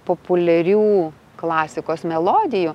populiarių klasikos melodijų